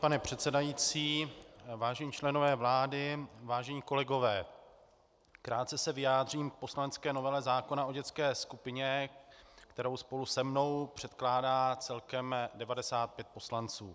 Vážený pane předsedající, vážení členové vlády, vážení kolegové, krátce se vyjádřím k poslanecké novele zákona o dětské skupině, kterou spolu se mnou předkládá celkem 95 poslanců.